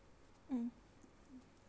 mm